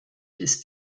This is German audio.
ist